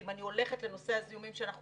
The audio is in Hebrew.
ואם אני הולכת לנושא הזיהומים שאנחנו